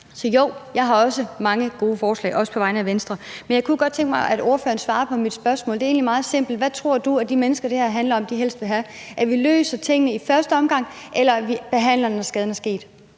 Så jo, jeg har også mange gode forslag – også på vegne af Venstre. Men jeg kunne godt tænke mig, at ordføreren svarede på mit spørgsmål. Det er egentlig meget simpelt: Hvad tror du, at de mennesker, det her handler om, helst vil have: at vi løser tingene i første omgang, eller at vi behandler, når skaden er sket?